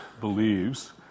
believes